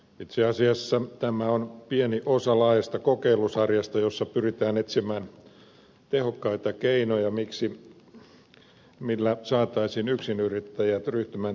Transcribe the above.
itse asiassa tämä on pieni osa laajasta kokeilusarjasta jossa pyritään etsimään tehokkaita keinoja millä saataisiin yksinyrittäjät ryhtymään työnantajiksi